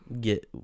Get